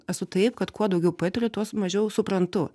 esu taip kad kuo daugiau patiriu tuo mažiau suprantu